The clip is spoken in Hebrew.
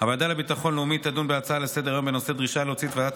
הוועדה לביטחון לאומי תדון בהצעה לסדר-היום בנושא: דרישה להוציא את ועדת